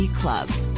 clubs